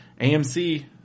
AMC